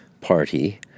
party